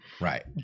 Right